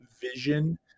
vision